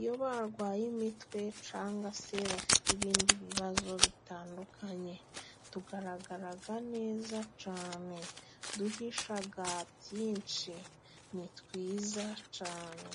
iyo barwaye imitwe cyangwa se bafite ibindi bibazo bitandukanye. Tugaragara neza cyane, duhisha byinshi ni twiza cyane.